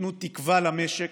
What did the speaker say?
שייתנו תקווה למשק,